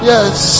Yes